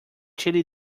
chili